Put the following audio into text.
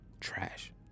trash